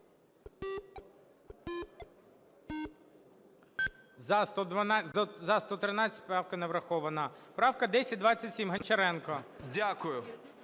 За-113 Правка не врахована. Правка 1027, Гончаренко.